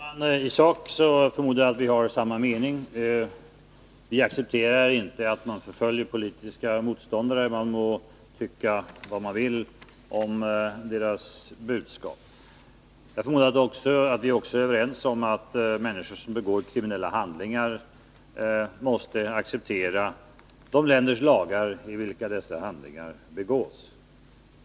Herr talman! I sak förmodar jag att Oswald Söderqvist och jag har samma mening. Vi accepterar inte att politiska motståndare förföljs — man må tycka vad man vill om deras budskap. Jag tror att vi också är överens om att människor som begår kriminella handlingar måste acceptera de länders lagar i vilka dessa handlingar begås.